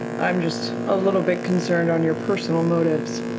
i'm just a little bit concerned on your personal motives,